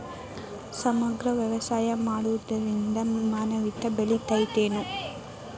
ಸಮಗ್ರ ವ್ಯವಸಾಯ ಮಾಡುದ್ರಿಂದ ಮನಿತನ ಬೇಳಿತೈತೇನು?